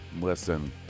listen